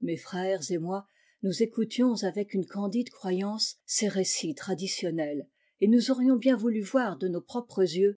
mes frères et moi nous écoutions avec une candide croyance ces récits traditionnels et nous aurions bien voulu voir de nos propres yeux